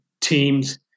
teams